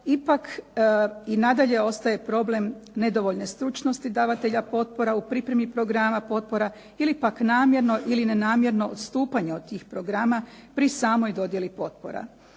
ipak i nadalje ostaje problem nedovoljne stručnosti davatelja potpora u pripremi programa potpora ili pak namjerno ili nenamjerno odstupanje od tih programa pri samoj dodjeli potpora.